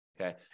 okay